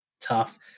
tough